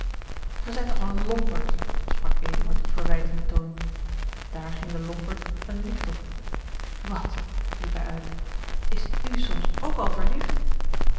zijt toch een lompert sprak eduard op verwijtenden toon daar ging den lompert een licht op wat riep hij uit is u soms ook al verliefd